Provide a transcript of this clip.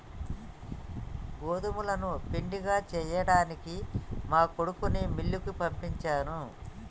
గోదుములను పిండిగా సేయ్యడానికి మా కొడుకుని మిల్లుకి పంపించాను